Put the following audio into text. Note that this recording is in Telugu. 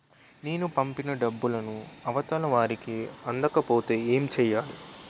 నేను పంపిన డబ్బులు అవతల వారికి అందకపోతే ఏంటి చెయ్యాలి?